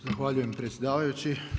Zahvaljujem predsjedavajući.